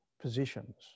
positions